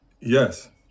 Yes